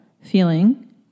feeling